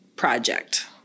project